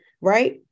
right